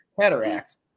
Cataracts